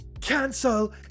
Cancel